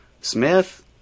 Smith